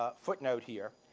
ah footnote here.